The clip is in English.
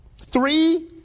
Three